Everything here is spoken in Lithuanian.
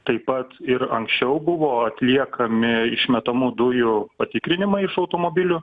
taip pat ir anksčiau buvo atliekami išmetamų dujų patikrinimai iš automobilių